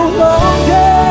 longer